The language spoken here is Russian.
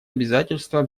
обязательства